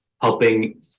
helping